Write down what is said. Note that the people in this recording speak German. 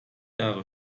jahre